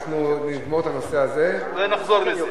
אנחנו נגמור את הנושא הזה ונחזור לזה.